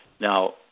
Now